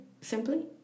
Simply